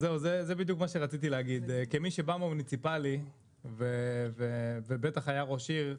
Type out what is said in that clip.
כמי שבא מהמוניציפאלי ובטח היה ראש עיר,